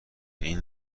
این